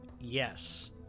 Yes